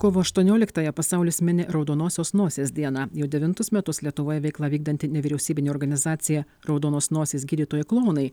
kovo aštuonioliktąją pasaulis mini raudonosios nosies dieną jau devintus metus lietuvoje veiklą vykdanti nevyriausybinė organizacija raudonos nosys gydytojai klounai